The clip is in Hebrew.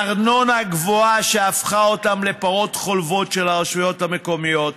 ארנונה גבוהה שהפכה אותם לפרות חולבות של הרשויות המקומיות,